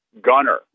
gunner